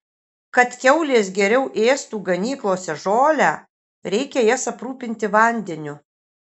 kad kiaulės geriau ėstų ganyklose žolę reikia jas aprūpinti vandeniu